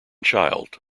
child